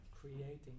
Creating